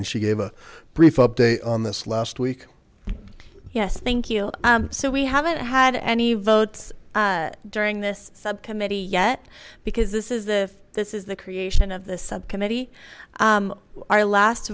and she gave a brief update on this last week yes thank you so we haven't had any votes during this subcommittee yet because this is the this is the creation of the subcommittee our last